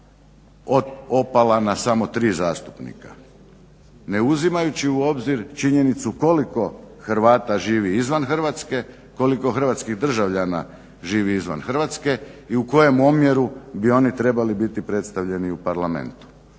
12 opala na samo 3 zastupnika ne uzimajući u obzir činjenicu koliko Hrvata živi izvan Hrvatske, koliko Hrvatskih državljana živi izvan Hrvatske i u kojem omjeru bi oni trebali biti predstavljeni u parlamentu.